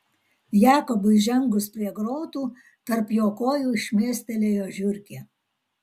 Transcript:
jakobui žengus prie grotų tarp jo kojų šmėstelėjo žiurkė